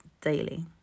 daily